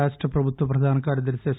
రాష్ట ప్రభుత్వ ప్రధాన కార్యదర్శి ఎస్